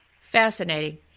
Fascinating